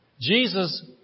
Jesus